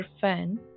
fan